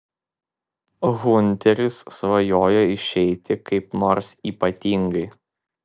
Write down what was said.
hunteris svajojo išeiti kaip nors ypatingai